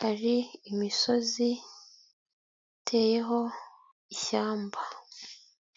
hari imisozi iteyeho ishyamba.